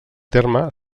terme